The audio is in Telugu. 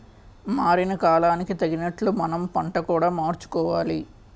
మారిన కాలానికి తగినట్లు మనం పంట కూడా మార్చుకోవాలి